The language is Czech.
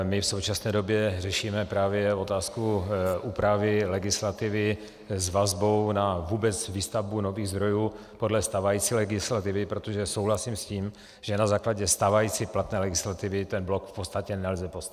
My v současné době řešíme právě otázku úpravy legislativy s vazbou na vůbec výstavbu nových zdrojů podle stávající legislativy, protože souhlasím s tím, že na základě stávající platné legislativy ten blok v podstatě nelze postavit.